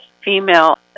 female